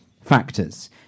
factors